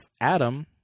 Adam